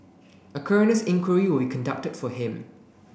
a coroner's inquiry will be conducted for him